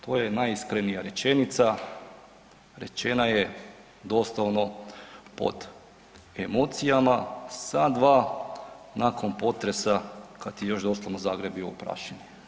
To je najiskrenija rečenica, rečena je doslovno pod emocijama sat-dva nakon potresa kad je još doslovno Zagreb bio u prašini.